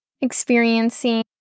experiencing